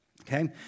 Okay